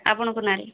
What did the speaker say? ଆପଣଙ୍କ ନାଁରେ